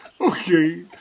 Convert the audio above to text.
Okay